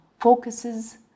focuses